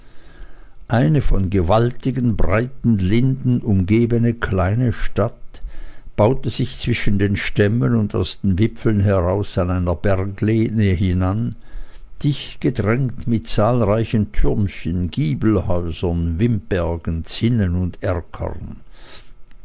eine von gewaltigen breiten linden umgebene kleine stadt baute sich zwischen den stämmen und aus den wipfeln heraus an einer berglehne hinan dicht gedrängt mit zahlreichen türmen giebelhäusern wimpergen zinnen und erkern